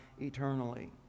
eternally